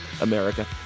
America